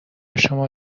شما